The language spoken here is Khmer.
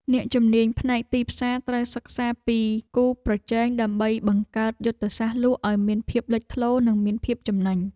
អ្នកជំនាញផ្នែកទីផ្សារត្រូវសិក្សាពីគូប្រជែងដើម្បីបង្កើតយុទ្ធសាស្ត្រលក់ឱ្យមានភាពលេចធ្លោនិងមានភាពចំណេញ។